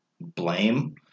blame